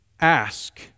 ask